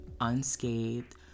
unscathed